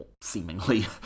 seemingly